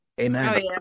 Amen